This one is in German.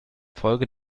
folge